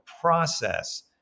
process